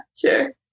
sure